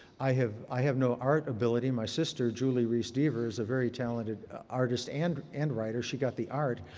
i have i have no art ability. my sister, julie reece deaver is a very talented artist and and writer. she got the art.